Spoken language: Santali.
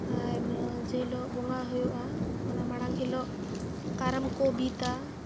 ᱟᱨ ᱡᱮ ᱦᱤᱞᱳᱜ ᱵᱚᱸᱜᱟ ᱦᱩᱭᱩᱜᱼᱟ ᱚᱱᱟ ᱢᱟᱲᱟᱝ ᱦᱤᱞᱳᱜ ᱠᱟᱨᱟᱢ ᱠᱚ ᱵᱤᱫᱟ